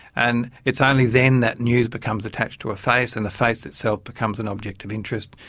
and it's ah only then that news becomes attached to a face, and the face itself becomes an object of interest.